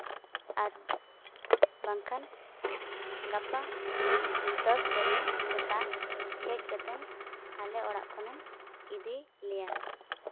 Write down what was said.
ᱟᱨ ᱵᱟᱝᱠᱷᱟᱱ ᱜᱟᱯᱟ ᱫᱚᱥ ᱵᱟᱡᱮ ᱥᱮᱛᱟᱜ ᱦᱮᱡ ᱠᱟᱛᱮᱱ ᱟᱞᱮ ᱚᱲᱟᱜ ᱠᱷᱚᱱᱮᱢ ᱤᱫᱤ ᱞᱮᱭᱟ